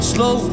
Slow